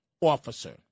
officer